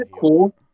cool